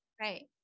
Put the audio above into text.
right